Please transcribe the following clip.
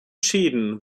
schäden